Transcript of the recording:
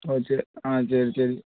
okay ஆ சரி சரி